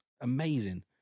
amazing